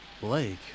Blake